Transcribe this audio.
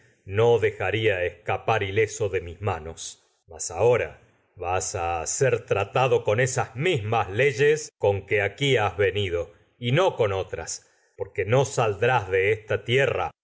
no a dejaría escapar ileso tratado con esas de mis nos mas ahora ser mismas leyes con que aquí has venido y no con otras porque no sal pongas a drás de esta tierra